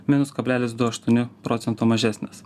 minus kablelis du aštuoni procento mažesnės